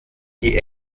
die